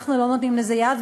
אנחנו לא נותנים לזה יד,